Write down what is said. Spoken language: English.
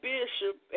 Bishop